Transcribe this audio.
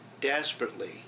desperately